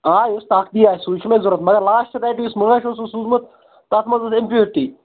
آ یُس طاقتی آسہِ سُے چھُ مےٚ ضروٗرت مَگر لاسٹ لٹہِ یُس مانٛچھ اوسُتھ سوٗزمُت تتھ منٛز أس ایٚمپوٗرٕٹی